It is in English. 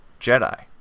Jedi